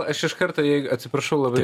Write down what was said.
aš iš karto jei atsiprašau labai